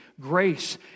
Grace